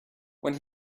when